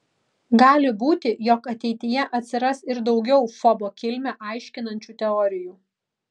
gali būti jog ateityje atsiras ir daugiau fobo kilmę aiškinančių teorijų